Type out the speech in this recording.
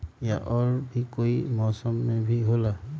या और भी कोई मौसम मे भी होला?